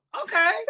okay